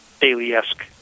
daily-esque